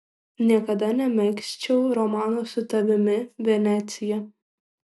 niekada nemegzčiau romano su tavimi venecija